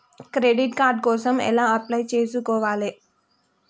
Credit card కోసం ఎలా apply చేసుకోవాలి?